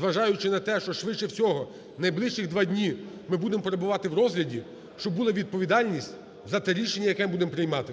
зважаючи на те, що швидше всього найближчих два дні ми будемо перебувати в розгляді, щоб була відповідальність за те рішення, яке ми будемо приймати.